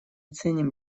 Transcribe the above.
ценим